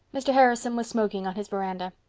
mr. harrison was smoking on his veranda.